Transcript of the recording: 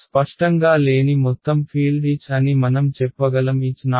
స్పష్టంగా లేని మొత్తం ఫీల్డ్ H అని మనం చెప్పగలం Ho Hs